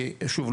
שוב,